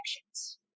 connections